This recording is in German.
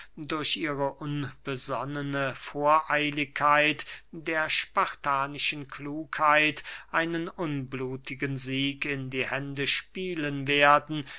durch ihre unbesonnene voreiligkeit der spartanischen klugheit einen unblutigen sieg in die hände spielen werden